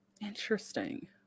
Interesting